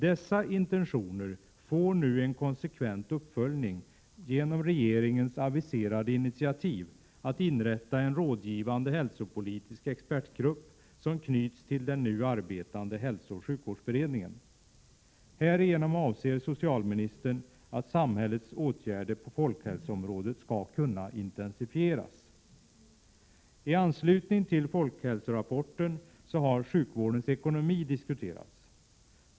Dessa intentioner får nu en konsekvent uppföljning genom regeringens aviserade initiativ att inrätta en rådgivande hälsopolitisk expertgrupp, som knyts till den nu arbetande hälsooch sjukvårdsberedningen. Härigenom avser socialministern att intensifiera samhällets åtgärder på folkhälsoområdet. I anslutning till folkhälsorapporten har sjukvårdens ekonomi diskuterats.